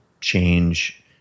change